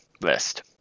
list